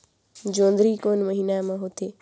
जोंदरी कोन महीना म होथे?